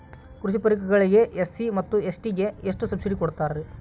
ಕೃಷಿ ಪರಿಕರಗಳಿಗೆ ಎಸ್.ಸಿ ಮತ್ತು ಎಸ್.ಟಿ ಗೆ ಎಷ್ಟು ಸಬ್ಸಿಡಿ ಕೊಡುತ್ತಾರ್ರಿ?